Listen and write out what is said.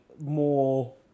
more